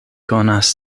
konas